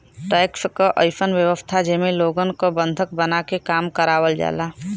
tax क अइसन व्यवस्था जेमे लोगन क बंधक बनाके काम करावल जाला